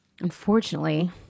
Unfortunately